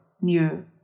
new